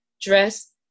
dress